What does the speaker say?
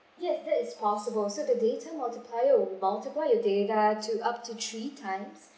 yes that is possible so the data multiplier would be multiply your data to up to three times